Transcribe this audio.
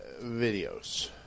videos